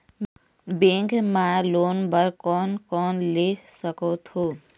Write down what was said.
Bank मा loan बर कोन कोन ले सकथों?